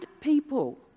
people